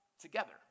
together